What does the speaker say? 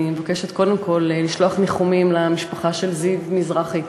אני מבקשת קודם כול לשלוח ניחומים למשפחה של זיו מזרחי,